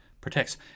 protects